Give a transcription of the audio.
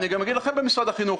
אני גם אגיד לכם במשרד החינוך